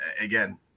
again